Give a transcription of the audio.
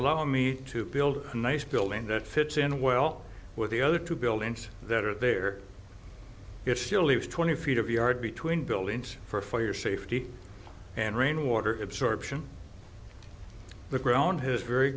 allow me to build a nice building that fits in well with the other two buildings that are there it still leaves twenty feet of yard between buildings for your safety and rainwater absorption the ground has very